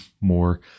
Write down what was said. more